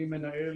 אני מנהל